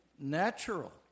natural